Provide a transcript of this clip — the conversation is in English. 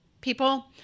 people